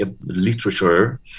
literature